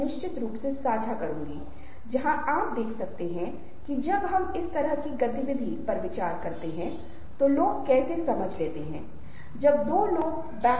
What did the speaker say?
उदाहरण के लिए जब आप यह कहना चाहते हैं कि मैं आप को अक्सर नहीं जानता तो एक इशारा करते हैं और साथ ही एक चेहरे की अभिव्यक्ति भी बनाते हैं जो कुछ इस तरह दिखता है